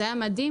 זה היה מדהים,